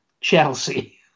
Chelsea